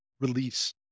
release